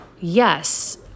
yes